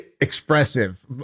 expressive